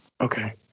Okay